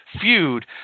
feud